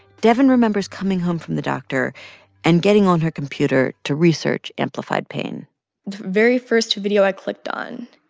devyn remembers coming home from the doctor and getting on her computer to research amplified pain the very first video i clicked on,